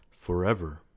forever